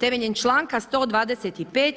temeljem članka 125.